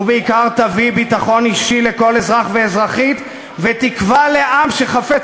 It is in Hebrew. ובעיקר תביא ביטחון אישי לכל אזרח ואזרחית ותקווה לעם חפץ